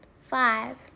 Five